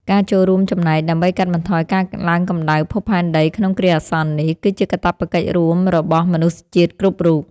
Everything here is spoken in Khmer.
ការចូលរួមចំណែកដើម្បីកាត់បន្ថយការឡើងកម្ដៅភពផែនដីក្នុងគ្រាអាសន្ននេះ គឺជាកាតព្វកិច្ចរួមរបស់មនុស្សជាតិគ្រប់រូប។